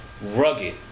rugged